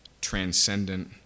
transcendent